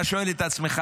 אתה שואל את עצמך: